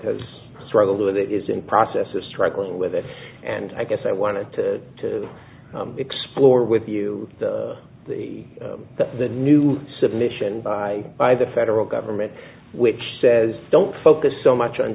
has struggled with it is in process of struggling with it and i guess i wanted to explore with you the the new submission by by the federal government which says don't focus so much on